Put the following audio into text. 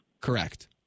Correct